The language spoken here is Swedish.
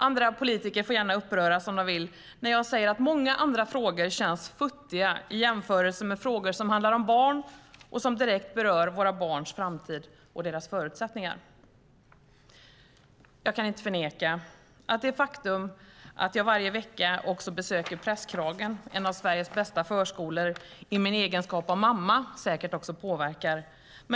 Andra politiker får gärna uppröras om de vill när jag säger att många andra frågor känns futtiga i jämförelse med frågor som handlar om barn och som direkt berör våra barns framtid och förutsättningar. Jag kan inte förneka att det faktum att jag i min egenskap av mamma varje vecka besöker Prästkragen, en av Sveriges bästa förskolor, säkert också påverkar.